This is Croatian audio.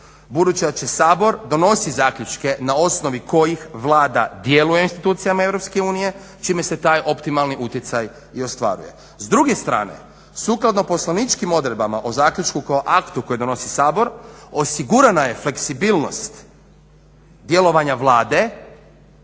budući da će Sabor donositi zaključke na osnovi kojih Vlada djeluje u institucijama EU čime se taj optimalni utjecaj i ostvaruje. S druge strane sukladno poslovničkim odredbama o zaključku kao aktu koji donosi Sabor osigurana je fleksibilnost djelovanja Vlade